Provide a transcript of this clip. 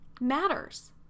matters